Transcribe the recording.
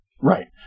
Right